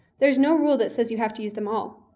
there's no rule that says you have to use them all.